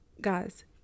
Guys